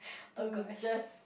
to just